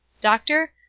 Doctor